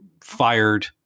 fired